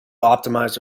optimised